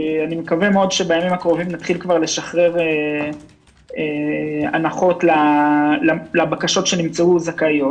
אני מקווה שבימים הקרובים נתחיל לשחרר הנחות לבקשות שנמצאו זכאיות,